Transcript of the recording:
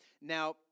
Now